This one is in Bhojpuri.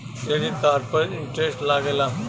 क्रेडिट कार्ड पर इंटरेस्ट लागेला?